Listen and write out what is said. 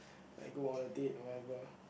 like go on a date or whatever